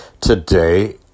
today